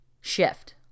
shift